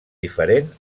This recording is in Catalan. diferent